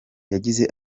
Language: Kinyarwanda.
yagize